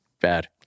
bad